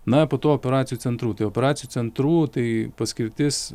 na po to operacijų centrų tai operacijų centrų tai paskirtis